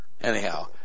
Anyhow